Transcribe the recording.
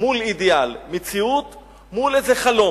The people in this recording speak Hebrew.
מול אידיאל, מציאות מול איזה חלום.